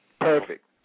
perfect